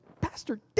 Pastor